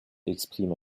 exprime